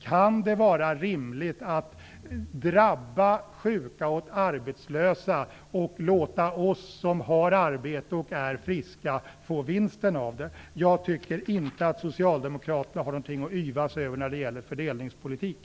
Kan det vara rimligt att låta detta drabba sjuka och arbetslösa och låta oss som har arbete och är friska få vinsten? Jag tycker inte att Socialdemokraterna har någonting att yvas över när det gäller fördelningspolitik.